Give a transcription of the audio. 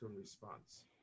response